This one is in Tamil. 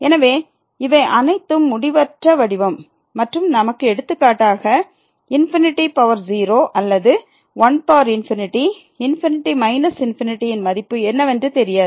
எனவே இவை அனைத்தும் முடிவற்ற வடிவம் மற்றும் நமக்கு எடுத்துக்காட்டாக 0 அல்லது 1 ∞∞ இன் மதிப்பு என்ன வென்று தெரியாது